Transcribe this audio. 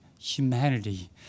humanity